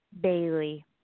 Bailey